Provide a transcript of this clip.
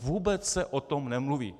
Vůbec se o tom nemluví.